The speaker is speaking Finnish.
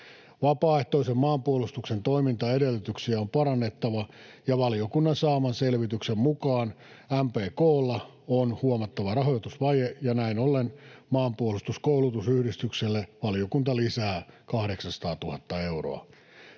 Vapaaehtoisen maanpuolustuksen toimintaedellytyksiä on parannettava, ja valiokunnan saaman selvityksen mukaan MPK:lla on huomattava rahoitusvaje, ja näin ollen Maanpuolustuskoulutusyhdistykselle valiokunta lisää 800 000 euroa.